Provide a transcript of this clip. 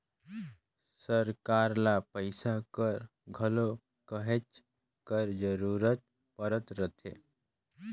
सरकार ल पइसा कर घलो कहेच कर जरूरत परत रहथे